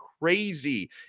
crazy